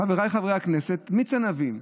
חבריי חברי הכנסת, מיץ ענבים,